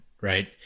right